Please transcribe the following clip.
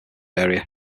area